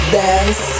dance